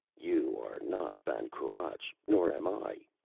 you are not ban cruach. nor am i.